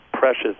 precious